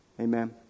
Amen